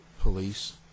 police